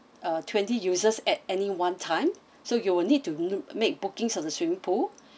uh twenty users at any one time so you will need to make bookings on the swimming pool